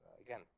Again